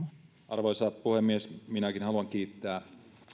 arvoisa puhemies minäkin haluan kiittää